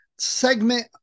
segment